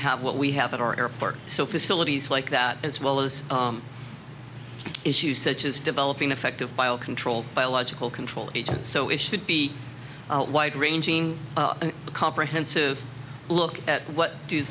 have what we have at our airport so facilities like that as well as issues such as developing effective control biological control agent so it should be wide ranging the comprehensive look at what do